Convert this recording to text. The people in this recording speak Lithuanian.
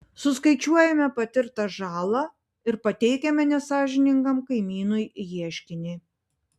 suskaičiuojame patirtą žalą ir pateikiame nesąžiningam kaimynui ieškinį